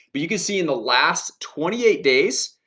but you can see in the last twenty eight days.